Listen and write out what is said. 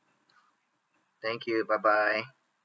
thank you bye bye